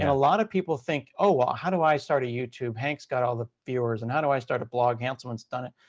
and lot of people think, oh, well how do i start a youtube? hank's got all the viewers. and how do i start a blog? hanselman's done it.